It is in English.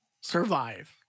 survive